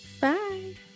Bye